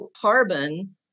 carbon